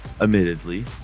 admittedly